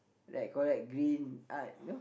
that collect green art you know